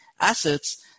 assets